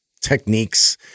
techniques